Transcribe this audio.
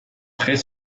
très